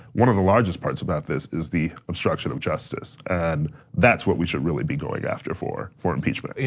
one of the largest parts about this is the obstruction of justice. and that's what we should really be going after for for impeachment.